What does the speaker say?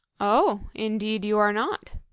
oh! indeed you are not.